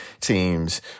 teams